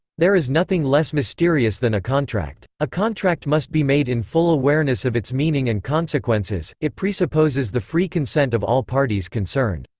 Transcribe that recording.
there is nothing less mysterious than a contract. a contract must be made in full awareness of its meaning and consequences it presupposes the free consent of all parties concerned.